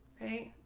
ok,